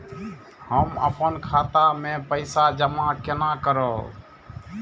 हम अपन खाता मे पैसा जमा केना करब?